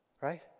right